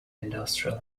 industrial